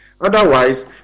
Otherwise